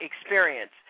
experience